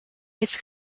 its